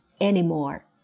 anymore